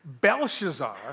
Belshazzar